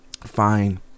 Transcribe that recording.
fine